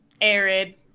arid